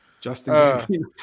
Justin